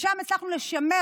שם הצלחנו לשמר,